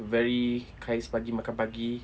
very kais pagi makan pagi